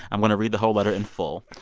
i'm going to read the whole letter in full.